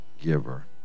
giver